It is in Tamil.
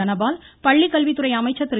தனபால் பள்ளிக்கல்வித்துறை அமைச்சர் திரு